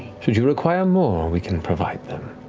should you require more, we can provide them.